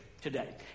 today